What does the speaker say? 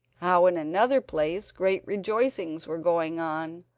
how, in another place, great rejoicings were going on,